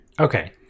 Okay